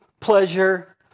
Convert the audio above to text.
pleasure